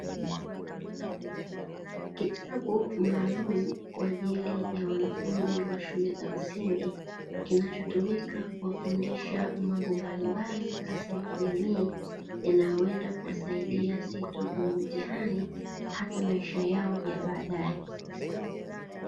Kitabu maalumu kwaajili ya wanafunzi wa shule za msingi kinachotumika kuwafundisha mambo mbalimbali hasa ya kijamii yanayoenda kuwasaidia siyo tu kwenye mitihani hata maisha yao ya badae.